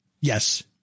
Yes